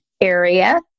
area